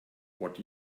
what